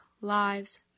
Lives